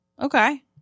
Okay